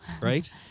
Right